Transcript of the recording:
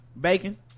Bacon